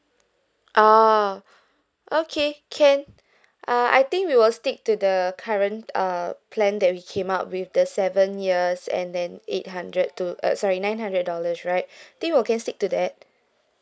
orh okay can uh I think we will stick to the current uh plan that we came up with the seven years and then eight hundred to uh sorry nine hundred dollars right think we will can stick to that